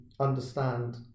understand